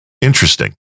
Interesting